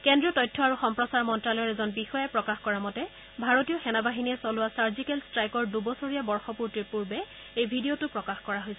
কেন্দ্ৰীয় তথ্য আৰু সম্প্ৰচাৰ মন্ত্যালয়ৰ এজন বিষয়াই প্ৰকাশ কৰা মতে ভাৰতীয় সেনা বাহিনীয়ে চলোৱা ছাৰ্জিকেল ট্ৰাইকৰ দুবছৰীয়া বৰ্ষপূৰ্তিৰ পূৰ্বে এই ভিডিঅটো প্ৰকাশ কৰা হৈছে